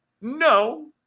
No